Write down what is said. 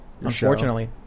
unfortunately